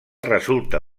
resulta